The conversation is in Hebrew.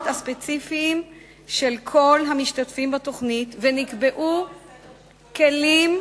הספציפיים של כל המשתתפים בתוכנית ונקבעו כלים.